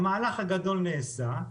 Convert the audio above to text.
המהלך הגדול נעשה,